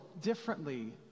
differently